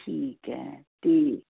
ਠੀਕ ਹੈ ਅਤੇ